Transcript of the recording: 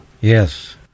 Yes